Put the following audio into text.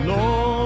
Lord